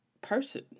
person